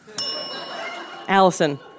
Allison